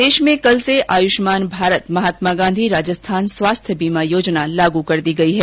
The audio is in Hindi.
प्रदेश में कल से आयुष्मान भारत महात्मा गांधी राजस्थान स्वास्थ्य बीमा योजना लागू कर दी गई है